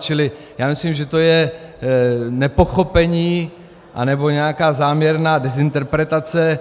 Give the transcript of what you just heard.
Čili já myslím, že to je nepochopení anebo nějaká záměrná dezinterpretace.